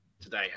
today